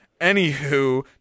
Anywho